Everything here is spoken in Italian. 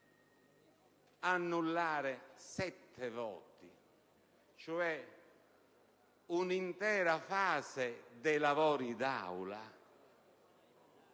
annullare sette voti, cioè un'intera fase dei lavori d'Aula,